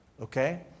Okay